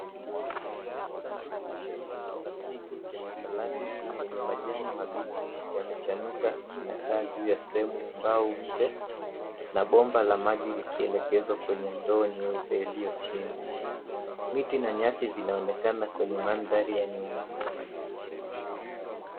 Kisanduku cheusi cha plastiki, chenye saladi yenye majani mabichi yamechanuka, kinakaa juu ya fremu ya mbao nje, na bomba la maji likielekezwa kwenye ndoo nyeupe ilio chini. Miti na nyasi vinaonkena kwenye mandhari ya nyuma.